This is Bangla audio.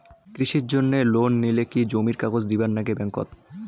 কৃষির জন্যে লোন নিলে কি জমির কাগজ দিবার নাগে ব্যাংক ওত?